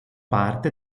parte